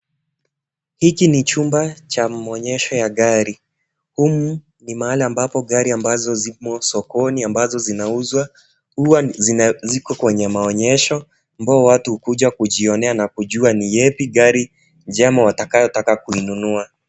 Hiki ni chumba cha maonyesho ya gari. Humu ni mahali ambapo gari ambazo zimo sokoni ambazo zinauzwa, huwa ziko kwenye maonyesho, ambao watu hukuja kujionea na kujua yepi ni gari jema watakayotaka kuinunua.